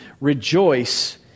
Rejoice